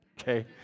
okay